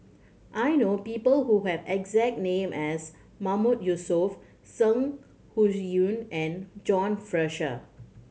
I know people who have exact name as Mahmood Yusof Zeng and John Fraser